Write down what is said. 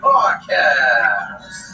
Podcast